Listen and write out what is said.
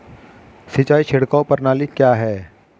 सिंचाई छिड़काव प्रणाली क्या है?